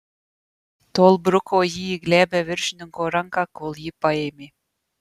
tol bruko jį į glebią viršininko ranką kol jį paėmė